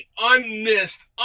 unmissed